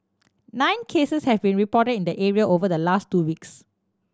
nine cases have been reported in the area over the last two weeks